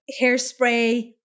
hairspray